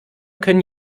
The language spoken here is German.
können